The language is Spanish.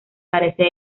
parece